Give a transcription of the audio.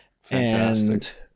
Fantastic